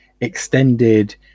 extended